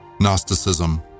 Gnosticism